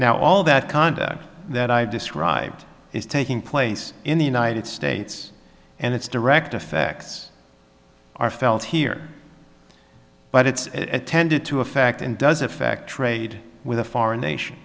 now all that conduct that i described is taking place in the united states and its direct effects are felt here but it's tended to affect and does affect trade with a foreign nation